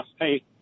Hey